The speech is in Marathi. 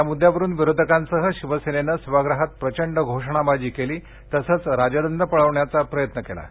या मुद्दावरून विरोधकांसह शिवेसेनेनं सभागृहात प्रचंड घोषणाबाजी केली तसच राजदंड पळवण्याचा प्रयत्न केला